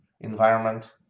environment